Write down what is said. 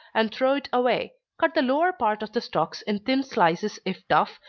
and throw it away cut the lower part of the stalks in thin slices if tough,